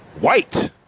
white